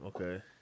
Okay